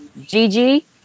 Gigi